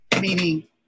meaning